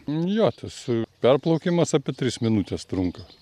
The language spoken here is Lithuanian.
nu jos tas perplaukimas apie tris minutes trunka